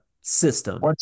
system